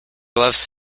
loves